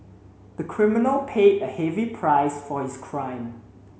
the criminal paid a heavy price for his crime